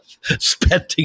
spending